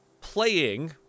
playing